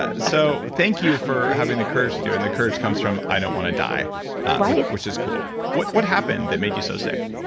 ah so thank you for having the courage to do it and the courage comes from i don't want to die which is cool. what what happened that made you so sick?